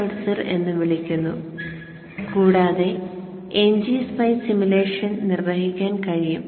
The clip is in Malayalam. cir എന്ന് വിളിക്കുന്നു കൂടാതെ ngSpice സിമുലേഷൻ നിർവഹിക്കാൻ കഴിയും